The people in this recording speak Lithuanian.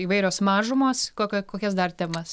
įvairios mažumos kokia kokias dar temas